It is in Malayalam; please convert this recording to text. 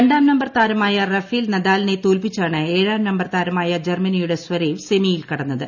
രണ്ടാം നമ്പർ താരമായ റഫേൽ നദാലിനെ തോൽപ്പിച്ചാണ് ഏഴാം നമ്പർ താരമായ ജർമ്മനിയുടെ സ്വരേവ് സെമിയിൽ കടന്നത്